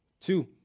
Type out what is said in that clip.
Two